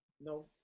no